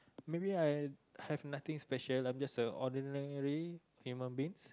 maybe I have nothing special I'm just a ordinary human beings